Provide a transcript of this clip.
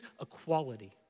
equality